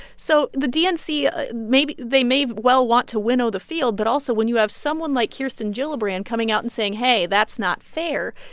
so the dnc ah they may well want to winnow the field. but also when you have someone like kirsten gillibrand coming out and saying, hey, that's not fair,